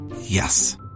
Yes